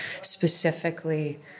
specifically